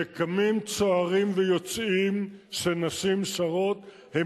כשקמים צוערים ויוצאים כשנשים שרות הם